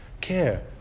Care